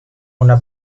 una